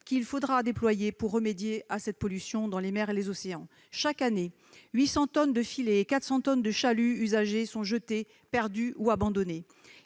qu'il faudra déployer pour remédier à cette pollution dans les mers et les océans. Chaque année, 800 tonnes de filets et 400 tonnes de chaluts usagés sont jetées, perdues ou abandonnées.